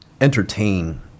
entertain